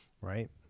Right